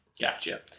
Gotcha